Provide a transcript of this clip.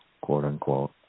quote-unquote